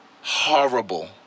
horrible